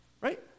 right